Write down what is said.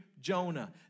Jonah